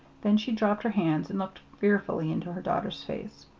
then she dropped her hands and looked fearfully into her daughter's face.